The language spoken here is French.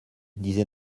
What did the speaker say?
disait